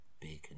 Bacon